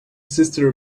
sister